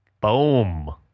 Boom